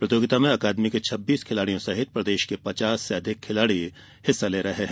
प्रतियोगिता में अकादमी के छब्बीस खिलाड़ियों सहित प्रदेश के पचास से अधिक खिलाड़ी भाग ले रहे हैं